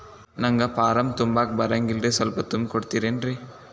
ನಂಗ ಫಾರಂ ತುಂಬಾಕ ಬರಂಗಿಲ್ರಿ ಸ್ವಲ್ಪ ತುಂಬಿ ಕೊಡ್ತಿರೇನ್ರಿ?